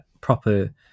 proper